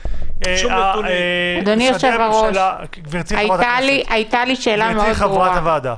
אדוני יושב-הראש, היתה לי שאלה מאוד ברורה.